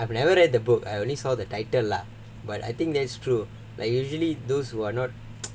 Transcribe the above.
lah I've never read the book I only saw the title lah but I think that's true like usually those who are not